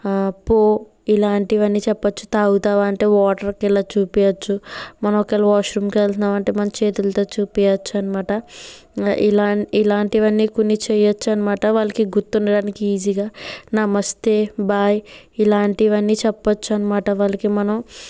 పో ఇలాంటివన్ని చెప్పొచ్చు తాగుతావా అంటే వాటర్కి ఇలా చూపియ్యోచ్చు మనం ఒకవేళ వాష్ రూమ్కి వెళ్తున్నామంటే మన చేతులతో చూపియ్యోచ్చన్నమాట ఇలా ఇలాంటివన్ని కొన్ని చేయచ్చు అన్నమాట వాళ్ళకి గుర్తుండడానికి ఈజీగా నమస్తే బాయ్ ఎలాంటివన్ని చెప్పొచ్చన్మాట వాళ్ళకి మనం